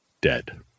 dead